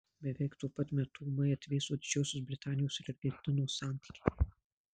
beveik tuo pat metu ūmai atvėso didžiosios britanijos ir argentinos santykiai